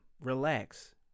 relax